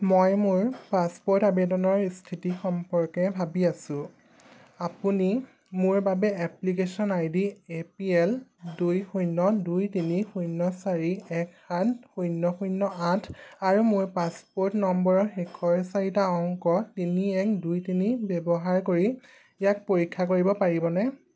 মই মোৰ পাছপোৰ্ট আবেদনৰ স্থিতি সম্পৰ্কে ভাবি আছোঁ আপুনি মোৰ বাবে application ID A P L দুই শূন্য দুই তিনি শূন্য চাৰি এক সাত শূন্য শূন্য আঠ আৰু মোৰ পাছপোৰ্ট নম্বৰৰ শেষৰ চাৰিটা অংক তিনি এক দুই তিনি ব্যৱহাৰ কৰি ইয়াক পৰীক্ষা কৰিব পাৰিবনে